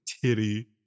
Titty